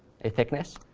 a thickness,